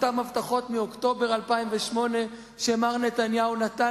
אותן הבטחות מאוקטובר 2008 שמר נתניהו נתן